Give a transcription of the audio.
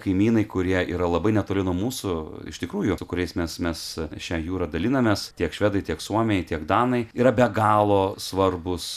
kaimynai kurie yra labai netoli nuo mūsų iš tikrųjų su kuriais mes mes šią jūrą dalinamės tiek švedai tiek suomiai tiek danai yra be galo svarbus